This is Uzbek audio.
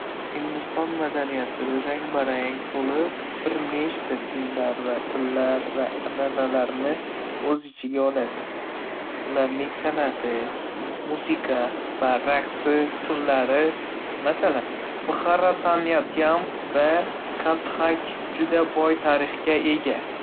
Hindiston madaniyati rang-barang bo'lib, bir nechta dinlar, tillar va an'analarni o'z ichiga oladi. Ularning san'ati, musiqa va raqs turlari, masalan, Bharatanatyam va Kathak, juda boy tarixga ega.